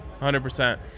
100%